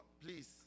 please